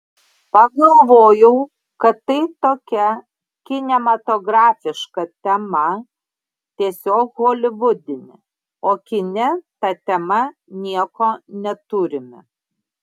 pagalvojau kad tai tokia kinematografiška tema tiesiog holivudinė o kine ta tema nieko neturime